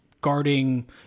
guarding